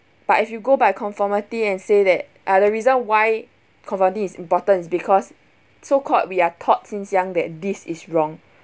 but if you go by conformity and say that uh the reason why conformity is important is because so called we are taught since young that this is wrong